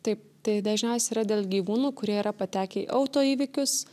taip tai dažniausiai yra dėl gyvūnų kurie yra patekę į autoįvykius